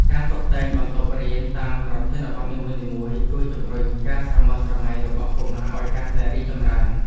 ការតុបតែងបន្ទប់រៀនតាមប្រធានបទនីមួយៗជួយជំរុញការស្រមើស្រមៃរបស់កុមារឱ្យកាន់តែរីកចម្រើន។